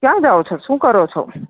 કયા જાવ છો શું કરો છો